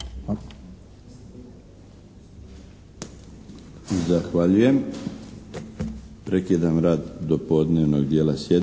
Hvala.